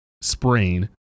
sprain